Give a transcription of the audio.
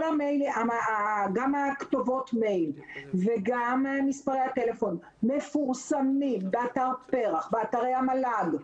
גם כתובות המייל וגם מספרי הטלפון מפורסמים באתר פר"ח ובאתרי המל"ג.